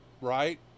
right